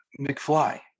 McFly